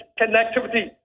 connectivity